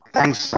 Thanks